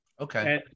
Okay